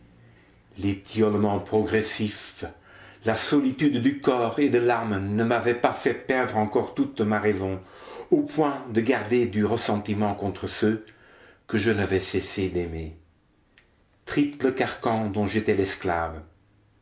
l'étiolement progressif la solitude du corps et de l'âme ne m'avaient pas fait perdre encore toute ma raison au point de garder du ressentiment contre ceux que je n'avais cessé d'aimer triple carcan dont j'étais l'esclave